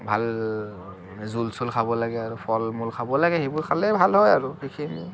ভাল জোল চোল খাব লাগে আৰু ফল মূল খাব লাগে সেইবোৰ খালেই ভাল হয় আৰু সেইখিনিয়ে